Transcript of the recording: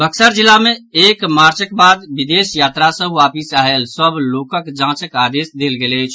बक्सर जिला मे एक मार्चक बाद विदेश यात्रा सॅ वापिस आयल सभ लोकक जांचक आदेश देल गेल अछि